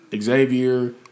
Xavier